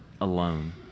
alone